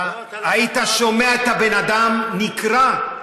אתה היית שומע את הבן אדם נקרע,